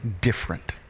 different